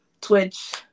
Twitch